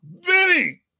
Benny